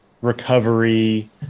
recovery